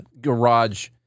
garage